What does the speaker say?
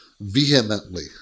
vehemently